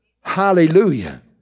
hallelujah